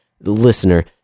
listener